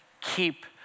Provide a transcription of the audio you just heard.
Keep